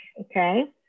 okay